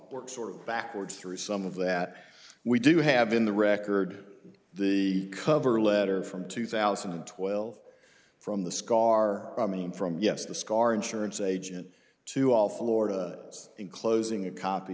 are sort of backwards through some of that we do have in the record the cover letter from two thousand and twelve from the scar i mean from yes the scar insurance agent to all florida enclosing a copy